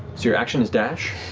your action is dash?